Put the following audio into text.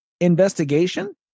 investigation